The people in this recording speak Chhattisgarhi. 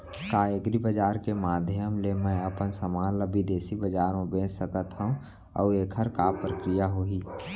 का एग्रीबजार के माधयम ले मैं अपन समान ला बिदेसी बजार मा बेच सकत हव अऊ एखर का प्रक्रिया होही?